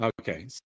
Okay